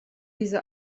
diese